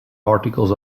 articles